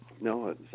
no